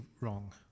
wrong